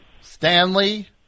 Stanley